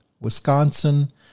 Wisconsin